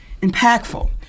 impactful